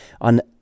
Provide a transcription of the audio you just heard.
on